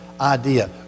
idea